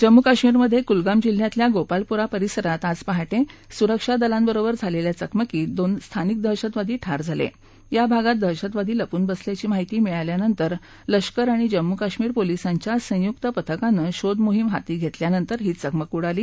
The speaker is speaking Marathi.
जम्मू कश्मीरमधकुलगाम जिल्ह्यातल्या गोपालपोरा परिसरात आज पहाट सुरक्षा दलांबरोबर झालखिा चकमकीत दोन स्थानिक दहशतवादी ठार झाला त्या भागात दहशतवादी लपून बसल्याची माहिती मिळाल्यानंतर लष्कर आणि जम्मू कश्मीर पोलिसांच्या संयुक्त पथकानं शोध मोहीम हाती घरिक्यानंतर ही चकमक उडाली